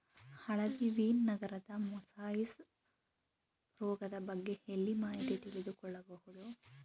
ಹಳದಿ ವೀನ್ ನರದ ಮೊಸಾಯಿಸ್ ರೋಗದ ಬಗ್ಗೆ ಎಲ್ಲಿ ಮಾಹಿತಿ ತಿಳಿದು ಕೊಳ್ಳಬಹುದು?